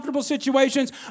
Situations